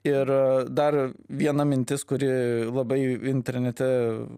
ir dar viena mintis kuri labai internete